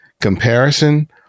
comparison